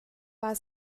war